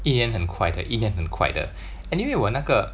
一年很快的一年很快的 anyway 我那个